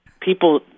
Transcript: people